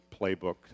playbook